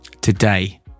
Today